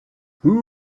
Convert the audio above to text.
who